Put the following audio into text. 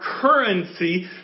currency